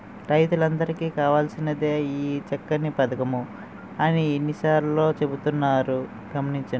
రైతులందరికీ కావాల్సినదే ఈ చక్కని పదకం అని ఎన్ని సార్లో చెబుతున్నారు గమనించండి